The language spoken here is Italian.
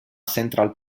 central